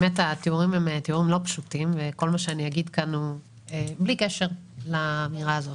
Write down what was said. התיאורים לא פשוטים וכל מה שאני אגיד כאן הוא בלי קשר לאמירה הזאת.